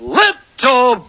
little